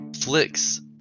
flicks